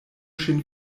ŝin